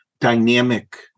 dynamic